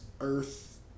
Earth